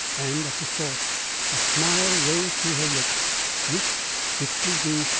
and at the thought a smile rose to her lips which, if fleeting,